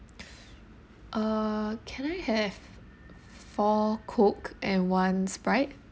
uh can I have four coke and one sprite